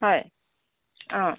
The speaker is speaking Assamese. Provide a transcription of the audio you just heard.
হয় অঁ